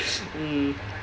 mm